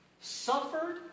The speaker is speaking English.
suffered